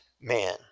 man